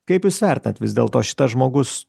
kaip jūs vertinat vis dėlto šitas žmogus